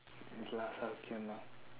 we last up till now